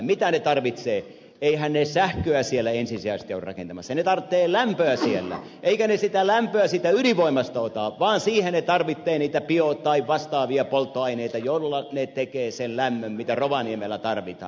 mitä ne tarvitsevat eiväthän ne sähköä siellä ensisijaisesti ole rakentamassa ne tarvitsevat lämpöä siellä eivätkä ne sitä lämpöä siitä ydinvoimasta ota vaan siihen ne tarvitsevat niitä bio tai vastaavia polttoaineita joilla ne tekevät sen lämmön mitä rovaniemellä tarvitaan